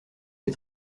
des